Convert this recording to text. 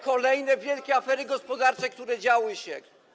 Kolejne wielkie afery gospodarcze działy się,